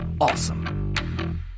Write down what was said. awesome